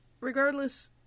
regardless